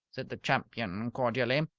said the champion, cordially.